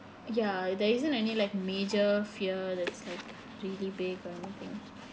ya there isn't any like major fear that's really big or nothing